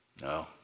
No